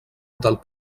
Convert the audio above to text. del